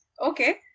Okay